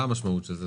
המשמעות של זה?